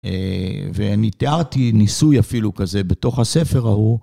ואני תיארתי ניסוי אפילו כזה בתוך הספר ההוא.